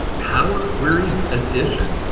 power query edition.